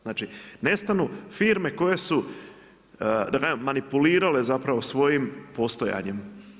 Znači nestanu firme koje su da kažem manipulirale zapravo svojim postojanjem.